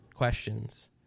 Questions